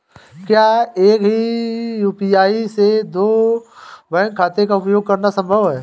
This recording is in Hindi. क्या एक ही यू.पी.आई से दो बैंक खातों का उपयोग करना संभव है?